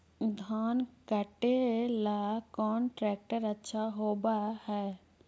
धान कटे ला कौन ट्रैक्टर अच्छा होबा है?